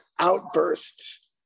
outbursts